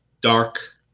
Dark